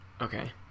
Okay